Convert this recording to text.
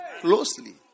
closely